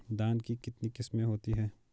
धान की कितनी किस्में होती हैं?